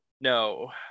no